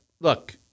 look